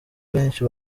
benshi